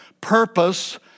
purpose